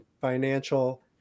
financial